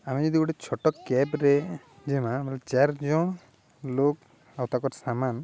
ଆମେ ଯଦି ଗୋଟେ ଛୋଟ କ୍ୟାବ୍ରେ ଯେମା ବୋଲେ ଚାର ଜଣ ଲୋକ୍ ଆଉ ତାକର ସାମାନ